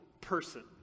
person